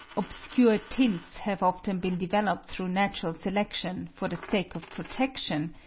obscure tints have often been developed through natural selection for the sake of protection,